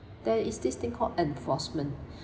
there is this thing called enforcement